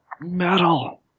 Metal